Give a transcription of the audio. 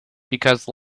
because